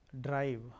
drive